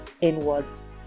inwards